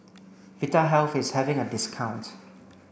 Vitahealth is having a discount